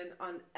on